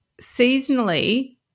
seasonally